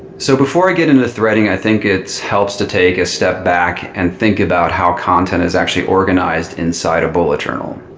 so before i get into threading, i think it helps to take a step back and think about how content is actually organized inside a bullet journal.